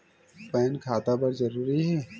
Pan खाता बर जरूरी हे?